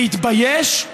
להתבייש.